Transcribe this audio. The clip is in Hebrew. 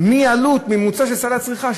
מעלות ממוצעת של סל הצריכה,